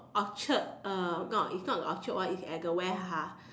Orchard uh no it's not the Orchard one it's at the where ha